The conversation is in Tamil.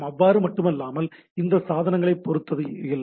அது மட்டுமல்லாமல் இது சாதனங்களைப் பொறுத்தது இல்லை